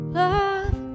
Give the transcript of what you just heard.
love